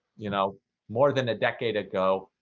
you know more than a decade ago,